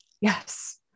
yes